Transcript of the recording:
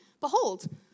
behold